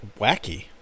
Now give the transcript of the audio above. wacky